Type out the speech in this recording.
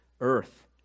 earth